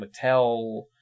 Mattel